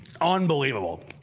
unbelievable